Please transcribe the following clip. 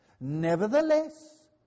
Nevertheless